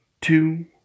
two